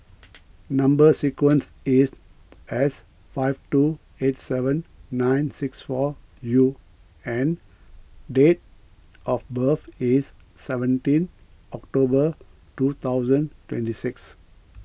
Number Sequence is S five two eight seven nine six four U and date of birth is seventeen October two thousand twenty six